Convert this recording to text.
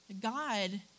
God